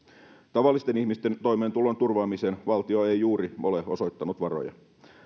tavallisten ihmisten toimeentulon turvaamiseen valtio ei juuri ole osoittanut varoja